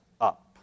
up